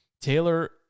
Taylor